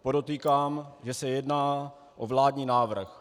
Podotýkám, že se jedná o vládní návrh.